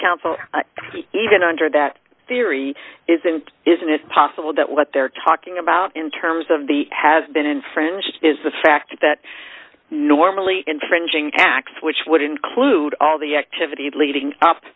counsel even under that theory isn't isn't it possible that what they're talking about in terms of the has been infringed is the fact that normally infringing acts which would include all the activity leading up